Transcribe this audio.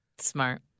Smart